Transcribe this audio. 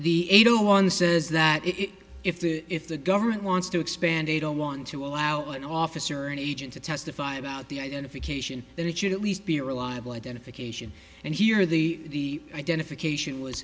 the eight zero one says that it is if the if the government wants to expand they don't want to allow an officer or an agent to testify about the identification that it should at least be a reliable identification and here the identification was